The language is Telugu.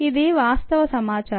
ఇదే వాస్తవ సమాచారం